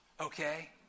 okay